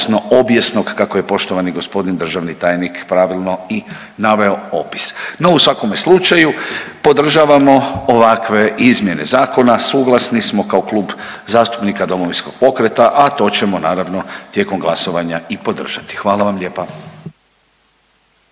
obijesnog, kako je poštovani g. državni tajnik pravilno i naveo opis. No u svakome slučaju podržavamo ovakve izmjene zakona, suglasni smo kao Klub zastupnika Domovinskog pokreta, a to ćemo naravno tijekom glasovanja i podržati, hvala vam lijepa.